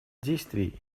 действий